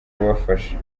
kubafasha